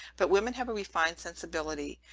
but women have a refined sensibility,